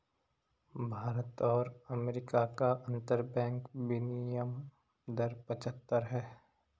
भारत और अमेरिका का अंतरबैंक विनियम दर पचहत्तर है